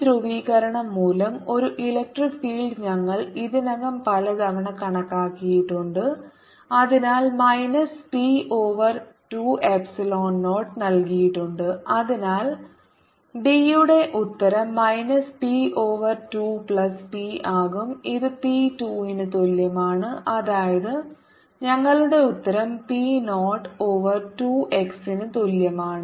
ഈ ധ്രുവീകരണം മൂലം ഒരു ഇലക്ട്രിക് ഫീൽഡ് ഞങ്ങൾ ഇതിനകം പലതവണ കണക്കാക്കിയിട്ടുണ്ട് അതിനാൽ മൈനസ് പി ഓവർ 2 എപ്സിലോൺ 0 നൽകിയിട്ടുണ്ട് അതിനാൽ ഡിയുടെ ഉത്തരം minus P over 2 plus P ആകും ഇത് പി 2 ന് തുല്യമാണ് അതായത് ഞങ്ങളുടെ ഉത്തരം p 0 ഓവർ 2 x ന് തുല്യമാണ്